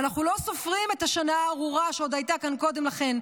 ואנחנו לא סופרים את השנה הארורה שעוד הייתה כאן קודם לכן,